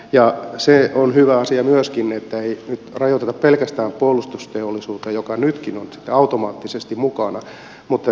ja se on hyvä asia myöskin että nyt ei rajoiteta pelkästään puolustusteollisuutta joka nytkin on automaattisesti mukana vaan toimiala on vapaa